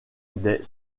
des